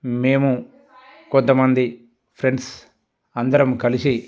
మేము కొంతమంది ఫ్రెండ్స్ అందరం కలిసి